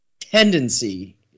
tendency